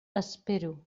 espero